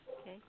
Okay